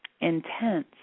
intense